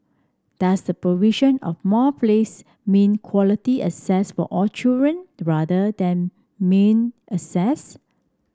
does the provision of more place mean quality access for all children rather than mere access